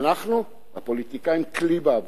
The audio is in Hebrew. אנחנו, הפוליטיקאים, כלי בעבורם,